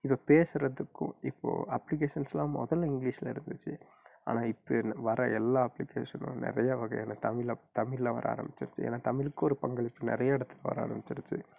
இதை பேசுறதுக்கும் இப்போ அப்ளிகேஷன்ஸ் எல்லாம் முதல்ல இங்கிலீஷில் இருந்துச்சு ஆனால் இப்போ என்ன வர எல்லாம் அப்ளிகேஷனும் நிறையா வகையான தமிழப் தமிழில் வர ஆரமிச்சிடுச்சு ஏன்னா தமிழுக்கு ஒரு பங்களிப்பு நிறைய இடத்துல வர ஆரமிச்சிடுச்சு